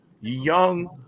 young